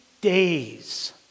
days